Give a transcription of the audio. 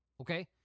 Okay